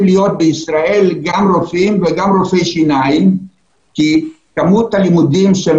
להיות בישראל גם רופאים וגם רופאי שיניים כי כמות הלימודים שהם